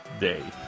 day